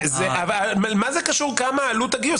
אבל מה זה קשור כמה עלות הגיוס?